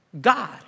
God